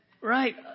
right